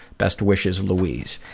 best wishes, louise.